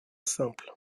simple